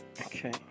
okay